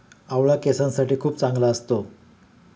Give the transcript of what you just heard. आवळा केसांसाठी खूप चांगला असतो